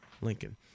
Lincoln